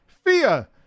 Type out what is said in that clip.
Fear